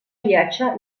viatge